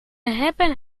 hebben